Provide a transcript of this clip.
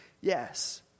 yes